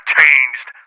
changed